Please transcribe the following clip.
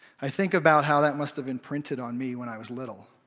i think about how that must have imprinted on me when i was little.